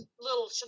little